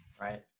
Right